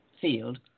field